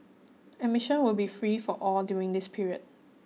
admission will be free for all during this period